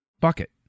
Bucket